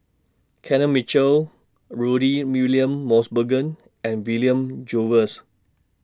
Kenneth Mitchell Rudy William Mosbergen and William Jervois